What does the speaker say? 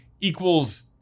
equals